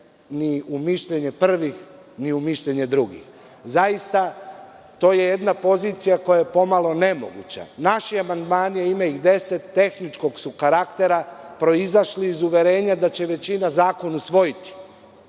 ni u mišljenje prvih, ni u mišljenje drugih. Zaista, to je jedna pozicija koja je pomalo nemoguća. Naši amandmani, ima ih deset, tehničkog su karaktera, proizašli iz uverenja da će većina zakon usvojiti.